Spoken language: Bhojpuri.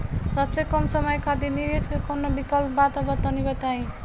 सबसे कम समय खातिर निवेश के कौनो विकल्प बा त तनि बताई?